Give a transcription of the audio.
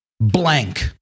blank